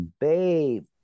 babe